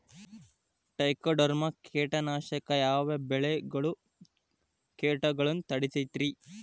Trichoderma ಕೇಟನಾಶಕ ಯಾವ ಬೆಳಿಗೊಳ ಕೇಟಗೊಳ್ನ ತಡಿತೇತಿರಿ?